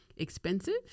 expensive